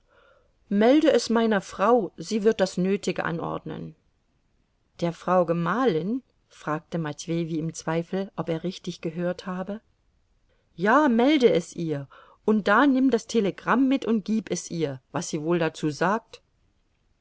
melde es meiner frau sie wird das nötige anordnen der frau gemahlin fragte matwei wie im zweifel ob er richtig gehört habe ja melde es ihr und da nimm das telegramm mit und gib es ihr was sie wohl dazu sagt